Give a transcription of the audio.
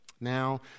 Now